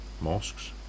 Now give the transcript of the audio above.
mosques